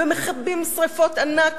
ומכבים שרפות ענק,